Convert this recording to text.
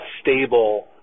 stable